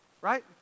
Right